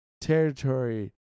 territory